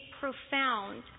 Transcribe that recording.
profound